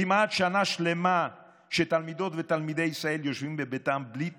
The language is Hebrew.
כמעט שנה שלמה שתלמידות ותלמידי ישראל יושבים בביתם בלי תוכניות,